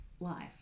Life